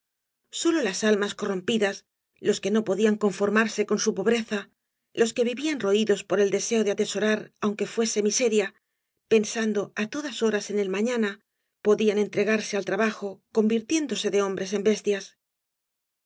sólo las almas corrompidas los que do podían conformarse con su pobreza los que vivían roídos por el deseo de atesorar aunque fuese miseria pensando á todas horas en el mafiana podían entregarse al trabajo convirtiéndose de hombres en bestias